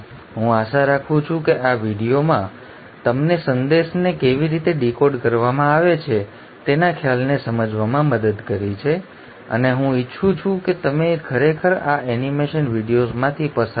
હું આશા રાખું છું કે આ વિડિઓએ તમને સંદેશને કેવી રીતે ડીકોડ કરવામાં આવે છે તેના ખ્યાલને સમજવામાં મદદ કરી છે અને હું ઇચ્છું છું કે તમે ખરેખર આ એનિમેશન વિડિઓઝમાંથી પસાર થાઓ